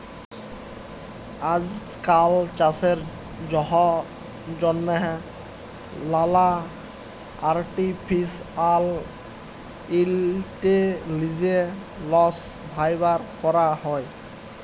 আইজকাল চাষের জ্যনহে লালা আর্টিফিসিয়াল ইলটেলিজেলস ব্যাভার ক্যরা হ্যয়